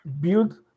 build